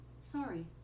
Sorry